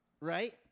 right